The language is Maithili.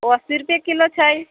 ओ अस्सी रुपए किलो छै